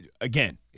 again